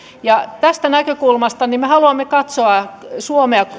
tästä näkökulmasta logistisesta näkökulmasta me haluamme katsoa suomea